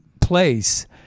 place